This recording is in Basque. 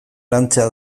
lantzea